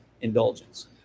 indulgence